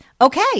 Okay